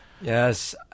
Yes